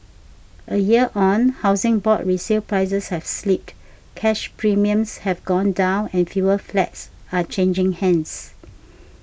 a year on Housing Board resale prices have slipped cash premiums have gone down and fewer flats are changing hands